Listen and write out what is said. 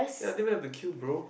ya don't even have to kill bro